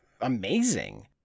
amazing